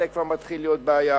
זה כבר מתחיל להיות בעיה.